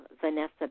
Vanessa